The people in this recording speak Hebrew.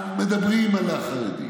אז מדברים על החרדים.